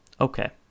Okay